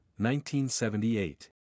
1978